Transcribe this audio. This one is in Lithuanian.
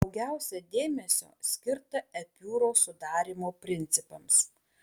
daugiausia dėmesio skirta epiūros sudarymo principams